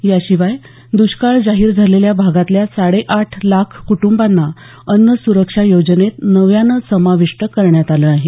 याशिवाय द्ष्काळ जाहीर झालेल्या भागातल्या साडेआठ लाख कुटुंबांना अन्न सुरक्षा योजनेत नव्यानं समाविष्ट करण्यात आलं आहे